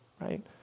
right